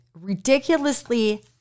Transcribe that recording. ridiculously